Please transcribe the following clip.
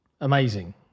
amazing